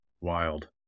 Wild